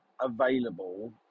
available